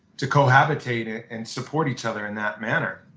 to cohabitate ah and support each other in that manner,